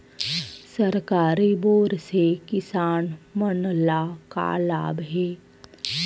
सरकारी बोर से किसान मन ला का लाभ हे?